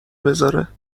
بزاره